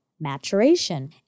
maturation